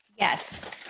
yes